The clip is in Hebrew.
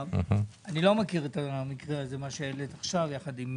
אני לא מכיר את המקרה שהעלית עכשיו ביחד עם